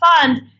fund